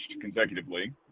consecutively